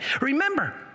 Remember